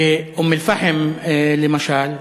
באום-אלפחם, למשל,